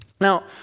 Now